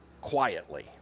quietly